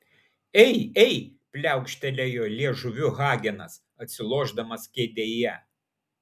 ei ei pliaukštelėjo liežuviu hagenas atsilošdamas kėdėje